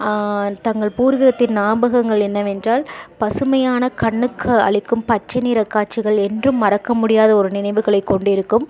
தங்கள் பூர்வீகத்தின் ஞாபகங்கள் என்னவென்றால் பசுமையான கண்ணுக்கு அளிக்கும் பச்சை நிற காட்சிகள் என்றும் மறக்க முடியாத ஒரு நினைவுகளை கொண்டிருக்கும்